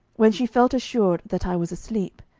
when she felt assured that i was asleep,